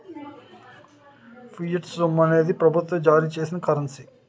fiat సొమ్ము అనేది ప్రభుత్వం జారీ చేసిన కరెన్సీ